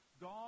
God